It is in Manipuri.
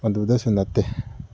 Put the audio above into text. ꯑꯗꯨꯇꯁꯨ ꯅꯠꯇꯦ